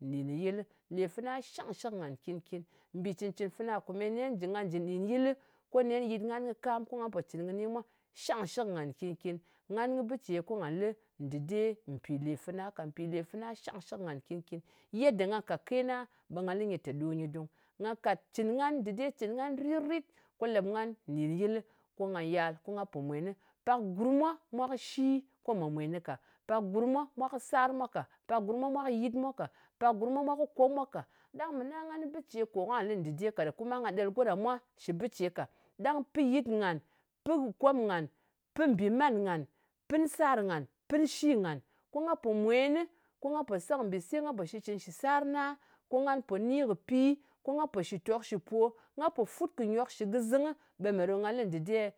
Nɗin yɨlɨ. Lè fana shangshɨk ngan nkin-kin. Mbì cɨn-cɨn fana komeye nen jɨ nga jɨ nɗin yɨlɨ, ko nen yɨt ngan kɨ kam, ko nga pò cɨn kɨni mwa, shangshɨk ngan nkin-kin. Ngan kɨ bɨ ce ko nga lɨ dɨde mpì le fana ka. Mpì lè fana shangshɨk ngan nkin-kin. Yedda na ka ke na ɓe nga lɨ nyɨ te ɗo nyɨ dung. Nga kat cɨn ngan. Dɨde cɨn ngan rit-rit. Ko lèp ngan nɗin yɨlɨ, ko nga yal ko nga pò mwen. Pak gurm mwa kɨ shi ko mwa mwènɨ ka. Pak gurm mwa, mwa kɨ sar mwa ka. Pak gurm mwa mwa kɨ yɨt mwa ka. Pak gurm mwa mwa kɨ kom mwa ka. Ɗang mɨ na ngan kɨ bɨ ce ko nga lɨn dɨde ka, kuma nga ɗel go ɗa mwa shɨ bɨ ce ka. Ɗang pɨ yit ngan, pɨ kom ngan, pɨn mbìman ngan, pɨn sar ngan, pɨ shi ngan ko nga pò mwenɨ. Ko nga pò se kɨ mbise, ko nga pò shitcɨn shɨ sar na. Ko nga po ni kɨ pi. Ko nga pò shɨtok shɨ po, nga pò fut kɨ nyok shɨ gɨzɨng, ɓe mè ɗo nga lɨ dɨde?